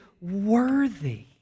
worthy